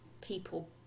people